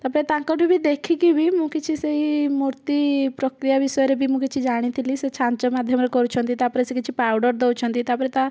ତା'ପରେ ତାଙ୍କଠୁ ବି ଦେଖିକି ବି ମୁଁ କିଛି ସେହି ମୂର୍ତ୍ତି ପ୍ରକ୍ରିୟା ବିଷୟରେ ବି ମୁଁ କିଛି ଜାଣିଥିଲି ଛାଞ୍ଚ ମାଧ୍ୟମରେ କରୁଛନ୍ତି ତା'ପରେ ସେ କିଛି ପାଉଡ଼ର ଦେଉଛନ୍ତି ତାପରେ ତା'